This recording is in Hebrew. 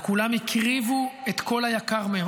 וכולם הקריבו את כל היקר להם.